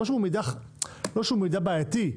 לא שהוא מידע בעייתי,